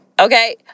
Okay